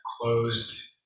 closed